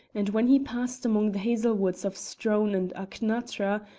and when he passed among the hazel-woods of strone and achnatra,